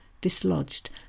dislodged